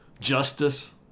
justice